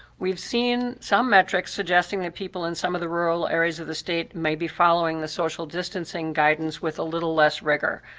we've seen some metrics suggesting that people in some of the rural areas of the state may be following the social distancing guidance with a little less rigor,